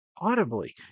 audibly